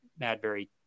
Madbury